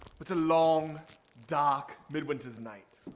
what a long dark midwinter's night.